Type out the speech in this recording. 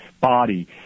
body